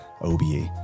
OBE